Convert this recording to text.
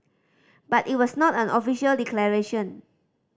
but it was not an official declaration